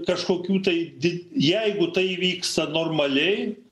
kažkokių tai did jeigu tai įvyksta normaliai